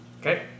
Okay